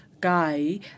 guy